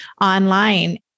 online